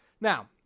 Now